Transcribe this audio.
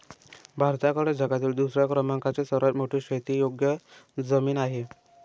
भारताकडे जगातील दुसऱ्या क्रमांकाची सर्वात मोठी शेतीयोग्य जमीन आहे